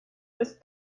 ist